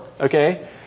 okay